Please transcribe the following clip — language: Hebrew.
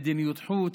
במדיניות חוץ,